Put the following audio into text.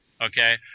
okay